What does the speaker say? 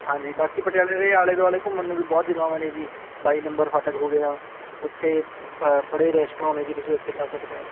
ਹਾਂਜੀ ਬਾਕੀ ਪਟਿਆਲੇ ਦੇ ਆਲੇ ਦੁਆਲੇ ਘੁੰਮਣ ਨੂੰ ਵੀ ਬਹੁਤ ਜਗ੍ਹਾਵਾਂ ਨੇ ਜੀ ਬਾਈ ਨੰਬਰ ਫਾਟਕ ਹੋ ਗਿਆ ਉੱਥੇ ਬੜੇ ਰੈਸਟਰੋਂ ਨੇ ਜੀ ਤੁਸੀਂ ਉੱਥੇ ਜਾ ਸਕਦੇ ਹੋ